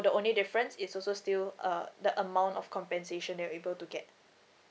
the only difference is also still uh the amount of compensation you're able to get